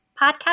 podcast